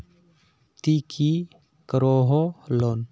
ती की करोहो लोन?